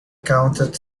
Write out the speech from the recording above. counted